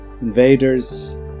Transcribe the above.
invaders